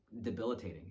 debilitating